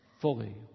fully